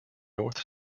north